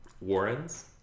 Warrens